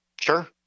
Sure